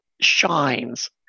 shines